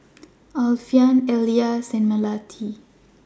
Alfian Elyas and Melati